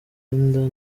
inda